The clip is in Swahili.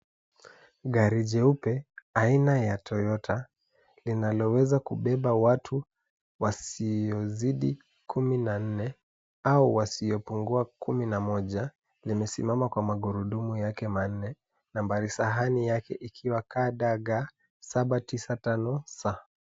Gari jeupe aina ya Toyota, linaloweza kubeba watu wasiozidi kumi na nne, au wasiopungua kumi na moja, limesimama kwa magurudumu yake manne. Nambari sahani yake ikiwa KDA 795S.